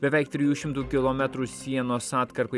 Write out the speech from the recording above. beveik trijų šimtų kilometrų sienos atkarpą